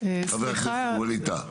חבר הכנסת ווליד טאהא.